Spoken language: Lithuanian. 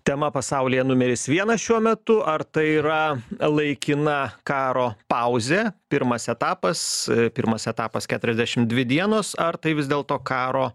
tema pasaulyje numeris vienas šiuo metu ar tai yra laikina karo pauzė pirmas etapas pirmas etapas keturiasdešim dvi dienos ar tai vis dėlto karo